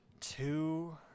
Two